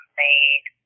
made